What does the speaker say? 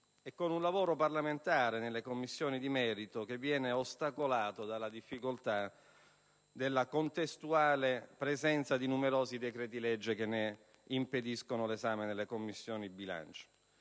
e con un lavoro parlamentare nelle Commissioni di merito ostacolato dalla difficoltà della contestuale presenza di numerosi decreti-legge che ne impediscono l'esame in Commissione bilancio.